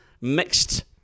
mixed